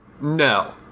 No